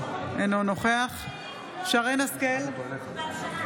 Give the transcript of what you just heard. אינו נוכח שרן מרים השכל,